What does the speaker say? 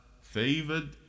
favored